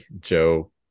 Joe